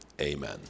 Amen